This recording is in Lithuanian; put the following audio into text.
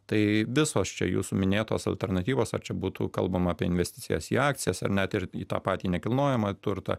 tai visos čia jūsų minėtos alternatyvos ar čia būtų kalbama apie investicijas į akcijas ar net ir į tą patį nekilnojamąjį turtą